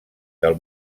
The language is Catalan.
del